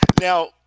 Now